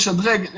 משדרג,